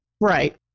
Right